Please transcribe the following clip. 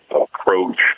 approach